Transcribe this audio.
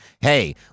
Hey